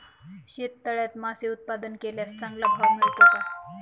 शेततळ्यात मासे उत्पादन केल्यास चांगला भाव मिळतो का?